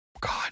God